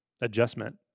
adjustment